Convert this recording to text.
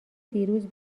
دیروز